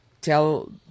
tell